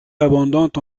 abondante